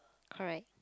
correct